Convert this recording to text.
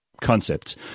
concepts